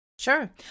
Sure